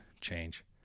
change